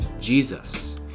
Jesus